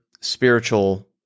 spiritual